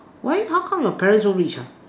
why how come your parent so richer